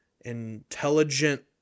intelligent